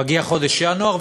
מגיע חודש ינואר,